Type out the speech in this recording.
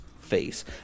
face